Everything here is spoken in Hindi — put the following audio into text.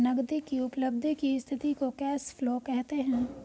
नगदी की उपलब्धि की स्थिति को कैश फ्लो कहते हैं